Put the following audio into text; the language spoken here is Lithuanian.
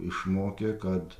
išmokė kad